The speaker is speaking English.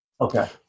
Okay